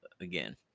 again